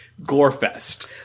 Gorefest